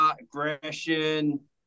aggression